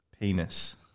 penis